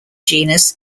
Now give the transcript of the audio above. genus